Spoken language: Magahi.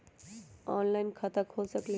ऑनलाइन खाता खोल सकलीह?